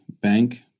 Bank